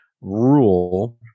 rule